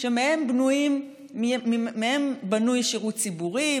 שמהם בנוי שירות ציבורי,